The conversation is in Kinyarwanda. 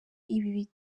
ibi